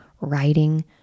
writing